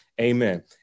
amen